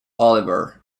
oliver